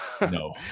No